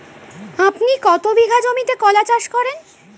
আপনি কত বিঘা জমিতে কলা চাষ করেন?